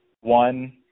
one